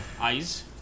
eyes